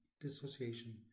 dissociation